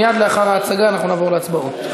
מייד לאחר ההצגה אנחנו נעבור להצבעות.